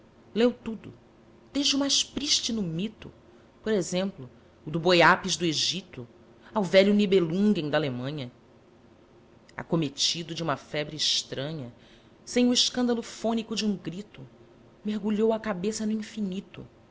leu tudo desde o mais prístino mito por exemplo o do boi ápis do egito ao velho niebelungen da alemanha acometido de uma febre estranha sem o escândalo fônico de um grito mergulhou a cabeça no infinito